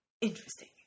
interesting